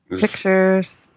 Pictures